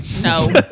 No